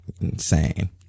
Insane